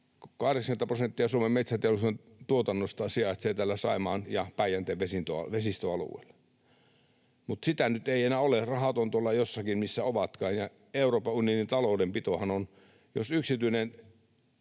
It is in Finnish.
80 prosenttia Suomen metsäteollisuuden tuotannosta sijaitsee täällä Saimaan ja Päijänteen vesistöalueella. Mutta sitä nyt ei enää ole, rahat ovat tuolla jossakin, missä ovatkaan. Ja Euroopan unionin taloudenpitohan on... Jos yksityinen